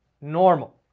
normal